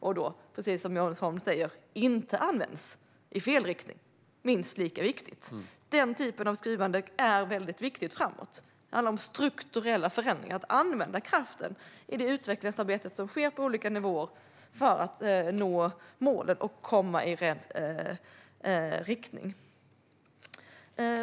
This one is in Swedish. Och det är, precis som Jens Holm säger, minst lika viktigt att de inte används för att arbeta i fel riktning. Den typen av skruvande är viktigt framåt. Det handlar om strukturella förändringar och att använda kraften i det utvecklingsarbete som sker på olika nivåer för att nå målen och hamna i rätt riktning.